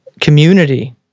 community